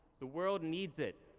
the world needs it.